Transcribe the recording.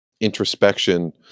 introspection